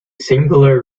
singular